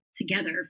together